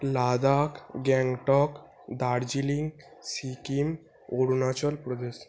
Ladakh Gangtok Darjeeling Sikkim Arunachal Pradesh